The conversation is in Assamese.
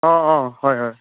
অঁ অঁ হয় হয়